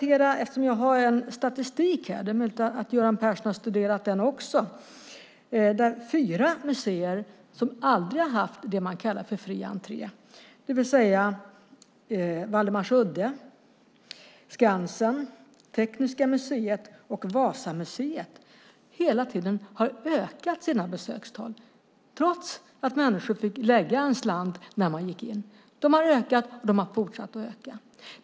Eftersom jag har med mig statistik - det är möjligt att också Göran Persson studerat den - vill jag nämna att den visar att fyra museer som aldrig haft det som man kallar fri entré, det vill säga Waldemarsudde, Skansen, Tekniska museet och Vasamuseet, hela tiden ökat sina besökstal trots att människor fått lägga en slant på inträde. De har ökat, och de har fortsatt att öka.